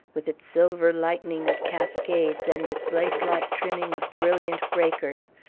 with its silver lightning of cascades and its lace-like trimming of brilliant breakers,